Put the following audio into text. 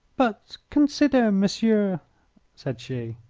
but consider, monsieur said she.